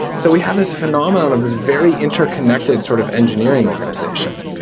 so, we have this phenomenon of this very interconnected sort of engineering organization.